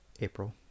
April